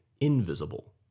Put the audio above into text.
invisible